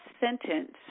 sentence